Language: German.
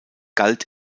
galt